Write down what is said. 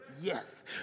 yes